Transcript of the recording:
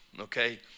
okay